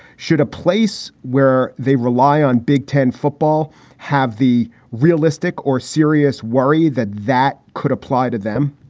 should a place where they rely on big ten football have the realistic or serious worry that that could apply to them?